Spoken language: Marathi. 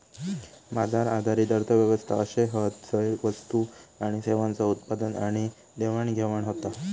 बाजार आधारित अर्थ व्यवस्था अशे हत झय वस्तू आणि सेवांचा उत्पादन आणि देवाणघेवाण होता